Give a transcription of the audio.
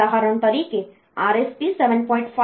ઉદાહરણ તરીકે કદાચ RST 7